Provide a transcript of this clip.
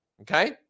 Okay